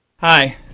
Hi